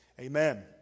amen